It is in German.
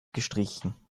gestrichen